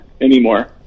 anymore